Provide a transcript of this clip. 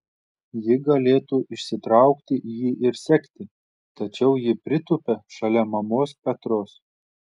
ji galėtų išsitraukti jį ir sekti tačiau ji pritūpia šalia mamos petros